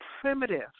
primitive